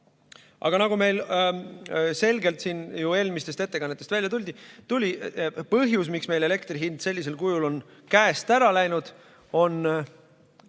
Aga nagu meil selgelt siin eelmistest ettekannetest välja tuli, põhjus, miks meil elektri hind sellisel kujul on käest ära läinud, on